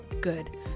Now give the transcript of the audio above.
good